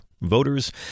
voters